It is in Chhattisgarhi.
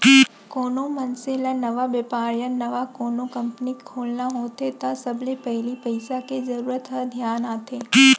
कोनो मनसे ल नवा बेपार या नवा कोनो कंपनी खोलना होथे त सबले पहिली पइसा के जरूरत ह धियान आथे